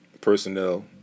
personnel